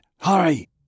hurry